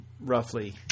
roughly